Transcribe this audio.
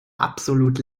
absolut